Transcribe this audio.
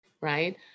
Right